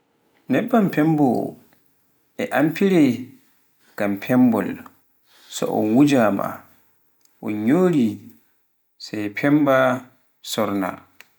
nebban fembaawoo, e amfire ngam fembool so un wuuja maa so yori sai femba suurna.